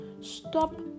Stop